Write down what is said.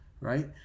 right